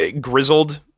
grizzled